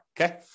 Okay